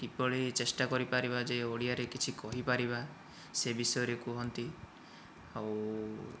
କିପରି ଚେଷ୍ଟା କରି ପାରିବା ଯେ ଓଡ଼ିଆରେ କିଛି କହିପାରିବା ସେ ବିଷୟରେ କୁହନ୍ତି ଆଉ